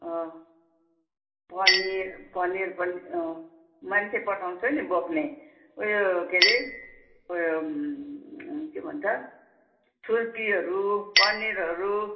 पनिर पनिर पनि मान्छे पठाउँछु नि बोक्ने उयो के अरे उयो के भन्छ छुर्पीहरू पनिरहरू